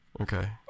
Okay